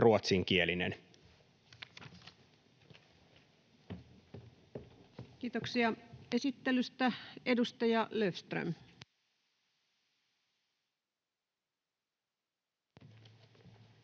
Kiitoksia esittelystä. — Edustaja Löfström.